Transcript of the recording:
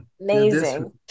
Amazing